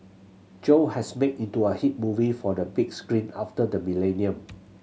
Joe has made into a hit movie for the big screen after the millennium